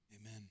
Amen